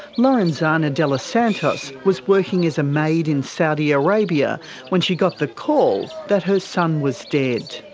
lorenzana delos santos was working as a maid in saudi arabia when she got the call that her son was dead.